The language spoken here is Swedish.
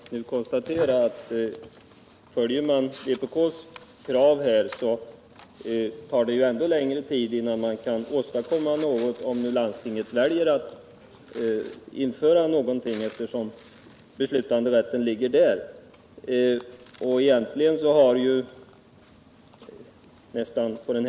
Herr talman! Jag vill bara konstatera att det om man följer vpk:s krav tar ännu längre tid innan man kan komma fram till någon konkret åtgärd, för den händelse att landstinget, som har beslutanderätten, väljer att införa någon form av skatteutjämning mellan kommunerna.